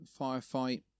firefight